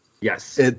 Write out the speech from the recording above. Yes